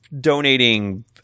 donating